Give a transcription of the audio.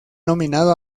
nominado